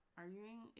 arguing